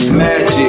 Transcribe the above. magic